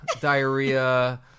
diarrhea